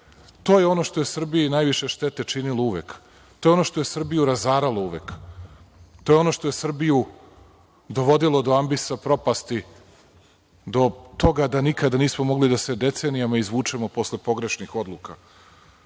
to je ono što je Srbiji najviše štete činilo oduvek, to je ono što je Srbiju razaralo uvek, to je ono što je Srbiju dovodilo do ambisa propasti, do toga da nikada nismo mogli da se decenijama izvučemo posle pogrešnih